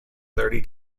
thirty